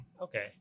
Okay